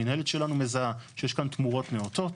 המנהלת שלנו מזהה שיש כאן תמורות נאותות.